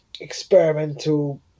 experimental